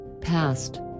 past